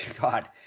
God